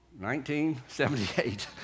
1978